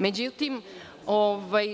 Međutim,